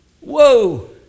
Whoa